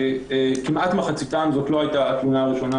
כמעט מחציתן זו לא הייתה התלונה הראשונה